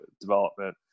development